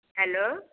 hello